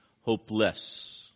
hopeless